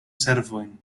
servojn